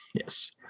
yes